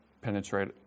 penetrate